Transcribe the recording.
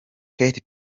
katy